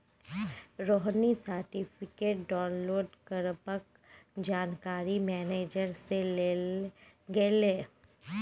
Rohini certificate download करबाक जानकारी manager सँ लेल गेलै